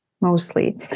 Mostly